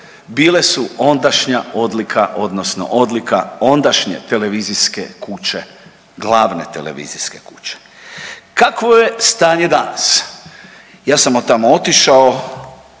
bile su ondašnja odlika odnosno odlika ondašnje televizijske kuće, glavne televizijske kuće. Kakvo je stanje danas? Ja sam od tamo otišao,